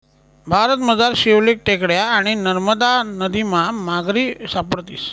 भारतमझार शिवालिक टेकड्या आणि नरमदा नदीमा मगरी सापडतीस